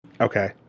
Okay